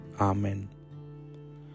Amen